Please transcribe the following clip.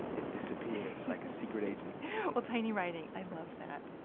it disappears like a secret agent well, tiny writing. i love that.